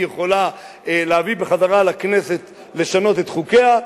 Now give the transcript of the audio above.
היא יכולה להביא בחזרה לכנסת בשביל לשנות את חוקיה,